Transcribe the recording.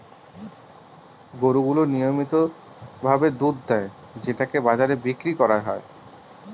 গরু গুলো নিয়মিত ভাবে দুধ দেয় যেটাকে বাজারে বিক্রি করা হয়